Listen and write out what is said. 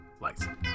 license